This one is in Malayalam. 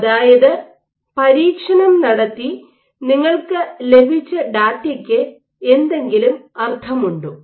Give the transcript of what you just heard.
അതായത് പരീക്ഷണം നടത്തി നിങ്ങൾക്ക് ലഭിച്ച ഡാറ്റയ്ക് എന്തെങ്കിലും അർഥമുണ്ടോ